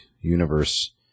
universe